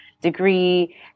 degree